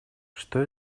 что